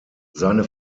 seine